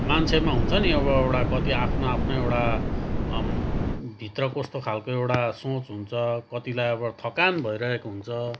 मान्छेमा हुन्छ नि अब एउटा कति आफ्नो आफ्नो एउटा भित्र कस्तो खालको एउटा सोच हुन्छ कतिलाई अब थकान भइरहेको हुन्छ